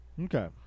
Okay